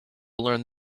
learn